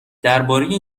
درباره